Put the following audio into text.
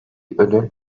ödül